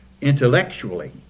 intellectually